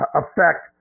affect